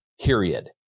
period